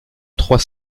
trois